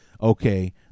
okay